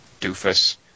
doofus